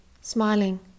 smiling